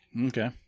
Okay